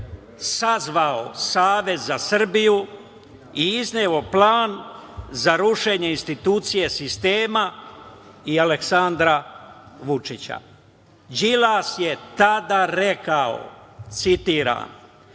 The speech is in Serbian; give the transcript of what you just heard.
sazvao Savez za Srbiju i izneo plan za rušenje institucija sistema i Aleksandra Vučića. Đilas je tada rekao, citirma: